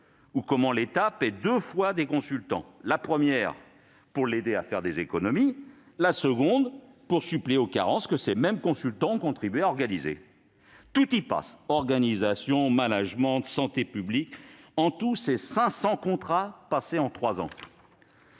en est réduit à payer deux fois des consultants : la première pour l'aider à faire des économies ; la seconde pour suppléer aux carences que ces mêmes consultants ont contribué à organiser. Tout y passe : organisation, management, santé publique. En tout, ce sont 500 contrats passés en trois ans.